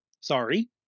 Sorry